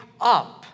up